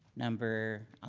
number